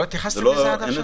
לא התייחסתם לזה עד עכשיו?